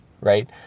right